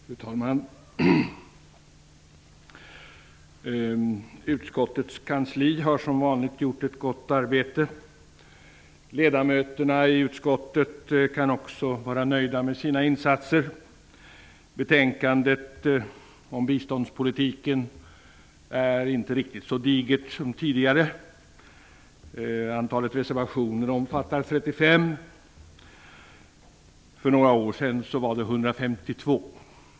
Fru talman! Utskottets kansli har som vanligt gjort ett gott arbete. Ledamöterna i utskottet kan också vara nöjda med sina insatser. Betänkandet om biståndspolitiken är inte riktigt så digert som tidigare. Antalet reservationer är 35. För några år sedan var det 152.